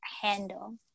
handle